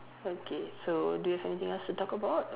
okay so do you have anything else to talk about or